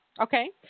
Okay